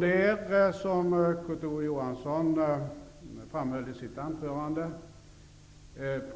Det är, som Kurt Ove Johansson framhöll i sitt anförande,